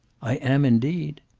i am, indeed.